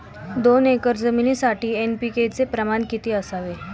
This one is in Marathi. दोन एकर जमीनीसाठी एन.पी.के चे प्रमाण किती असावे?